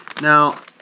Now